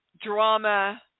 drama